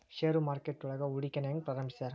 ಷೇರು ಮಾರುಕಟ್ಟೆಯೊಳಗ ಹೂಡಿಕೆನ ಹೆಂಗ ಪ್ರಾರಂಭಿಸ್ತಾರ